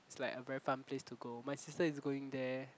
it's like a very fun place to go my sister is going there